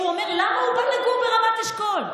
שהוא אומר: למה הוא בא לגור ברמת אשכול?